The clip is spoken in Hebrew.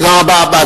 תודה רבה.